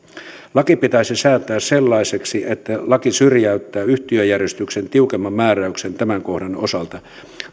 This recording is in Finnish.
laki pitäisi säätää sellaiseksi että laki syrjäyttää yhtiöjärjestyksen tiukemman määräyksen tämän kohdan osalta